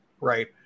right